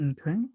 Okay